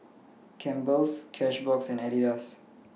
Campbell's Cashbox and Adidas